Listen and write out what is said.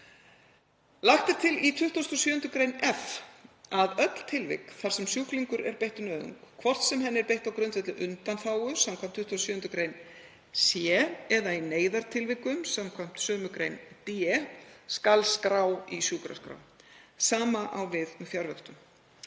Lagt er til í 27. gr. f að öll tilvik þar sem sjúklingur er beittur nauðung, hvort sem henni er beitt á grundvelli undanþágu samkvæmt 27. gr. c eða í neyðartilvikum samkvæmt 27. gr. d, skuli skrá í sjúkraskrá. Sama á við um fjarvöktun.